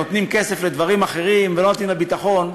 נותנים כסף לדברים אחרים ולא נותנים לביטחון?